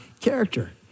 character